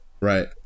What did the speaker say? Right